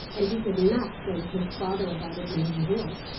and he could not plague his father about it when he was ill.